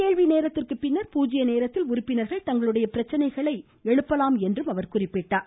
கேள்வி நேரத்திற்குப் பின்னர் பூஜ்ய நேரத்தில் உறுப்பினர்கள் தங்களுடைய பிரச்னைகள் தெரிவிக்கலாம் என்றார்